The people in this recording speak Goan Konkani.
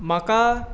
म्हाका